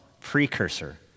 precursor